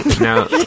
Now